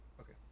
Okay